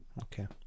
Okay